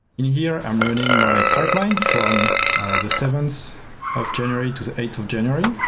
in here, i'm running my pipeline from the seventh of january to the eighth of january.